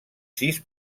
sis